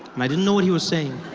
and i didn't know what he was saying.